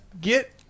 Get